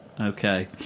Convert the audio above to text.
okay